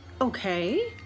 Okay